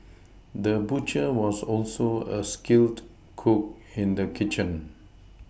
the butcher was also a skilled cook in the kitchen